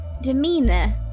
demeanor